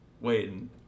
Waiting